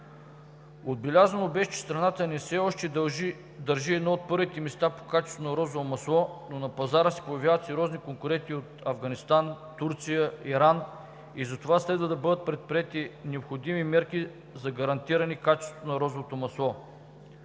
Отбелязано беше, че страната ни все още държи едно от първите места по качество на розово масло, но на пазара се появяват сериозни конкуренти от Афганистан, Турция, Иран и затова следва да бъдат предприети необходими мерки за гарантиране качеството на розовото масло.